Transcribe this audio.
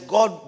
God